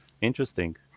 interesting